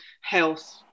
health